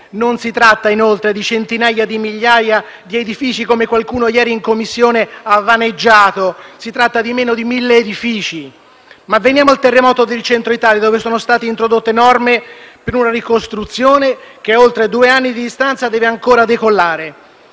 Novembre 2018 di migliaia di edifici, come qualcuno ieri in Commissione ha vaneggiato. Si tratta di meno di mille edifici. Veniamo al terremoto del Centro Italia, dove sono state introdotte norme per una ricostruzione che, a oltre due anni di distanza, deve ancora decollare.